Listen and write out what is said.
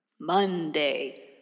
Monday